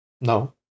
No